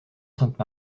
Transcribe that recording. sainte